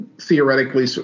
Theoretically